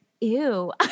ew